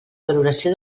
valoració